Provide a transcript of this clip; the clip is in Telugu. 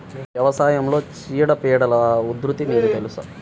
వ్యవసాయంలో చీడపీడల ఉధృతి మీకు తెలుసా?